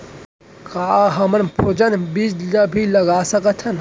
का हमन फ्रोजेन बीज ला भी लगा सकथन?